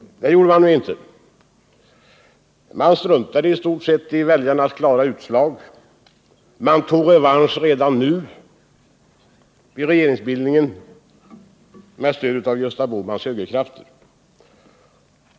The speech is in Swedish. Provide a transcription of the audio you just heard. Så gjorde man emellertid inte. Man struntade i stort sett i väljarnas klara utslag. Man tog revansch redan nu vid regeringsbildningen med stöd av Gösta Bohmans högerkrafter.